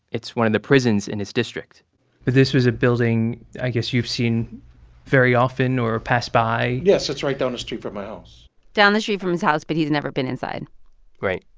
it's one of the prisons in his district but this was a building, i guess, you've seen very often or passed by yes. it's right down the street from my house down the street from his house, but he's never been inside right.